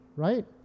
right